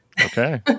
Okay